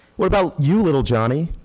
what about you little johnny,